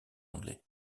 anglais